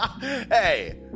hey